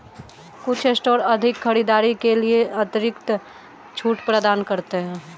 कुछ स्टोर अधिक खरीदारी के लिए अतिरिक्त छूट प्रदान करते हैं